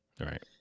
right